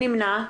נמנעים,